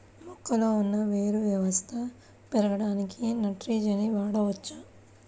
మొక్కలో ఉన్న వేరు వ్యవస్థ పెరగడానికి నత్రజని వాడవచ్చా?